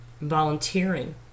volunteering